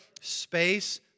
space